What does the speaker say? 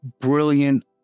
Brilliant